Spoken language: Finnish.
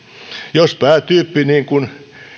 jos päätyyppi niin kuin